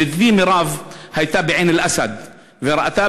ידידתי מירב הייתה בעין-אל-אסד וראתה